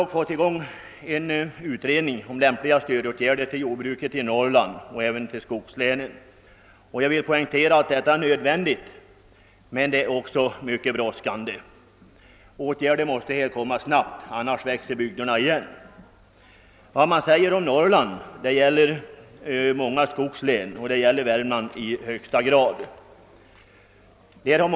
Nu har dock en utredning påbörjats om lämpliga stödåtgärder för jordbruket i Norrland och för skogslänen. Jag vill poängtera att sådana åtgärder är både nödvändiga och mycket brådskande; annars växer markerna igen. Vad man säger om Norrland gäller många skogslän och i högsta grad Värmland.